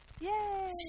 Yay